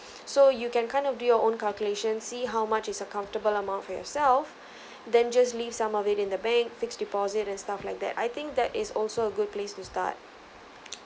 so you can kind of do your own calculation see how much is a comfortable amount for yourself then just leave some of it in the bank fixed deposit and stuff like that I think that is also a good place to start